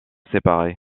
séparées